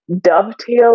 dovetail